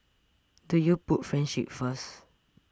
do you put friendship first